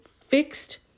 fixed